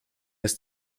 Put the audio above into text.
ist